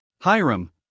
Hiram